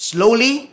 Slowly